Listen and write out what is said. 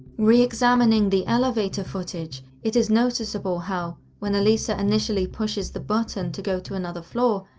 re-examining the elevator footage, it is noticeable how, when elisa initially pushes the button to go to another floor,